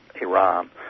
Iran